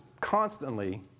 constantly